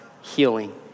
healing